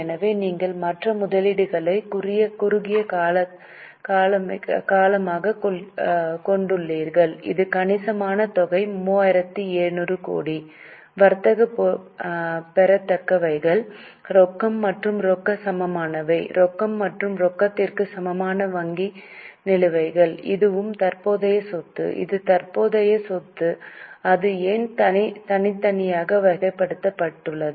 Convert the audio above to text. எனவே நீங்கள் மற்ற முதலீடுகளை குறுகிய காலமாகக் கொண்டுள்ளீர்கள் இது கணிசமான தொகை 3700 கோடி வர்த்தக பெறத்தக்கவைகள் ரொக்கம் மற்றும் ரொக்க சமமானவை ரொக்கம் மற்றும் ரொக்கத்திற்கு சமமான வங்கி நிலுவைகள் இதுவும் தற்போதைய சொத்து இது தற்போதைய சொத்து அது ஏன் தனித்தனியாக வகைப்படுத்தப்பட்டது